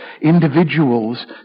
individuals